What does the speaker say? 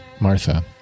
Martha